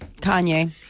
kanye